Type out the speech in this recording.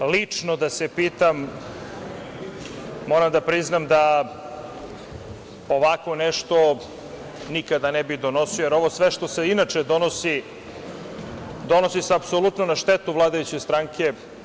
Lično da se pitam, moram da priznam da ovako nešto nikada ne bih donosio, jer ovo sve što se inače donosi, donosi se apsolutno na štetu vladajuće stranke.